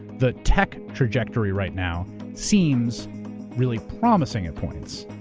the tech trajectory right now seems really promising at points,